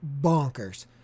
bonkers